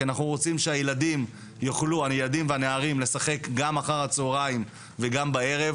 כי אנחנו רוצים שהילדים יוכלו לשחק גם אחר הצהריים וגם בערב,